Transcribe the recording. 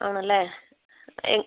ആണല്ലേ